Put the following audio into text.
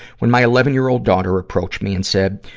when my eleven year old daughter approached me and said,